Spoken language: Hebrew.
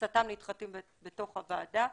מקצתם נדחקים בתוך הוועדה.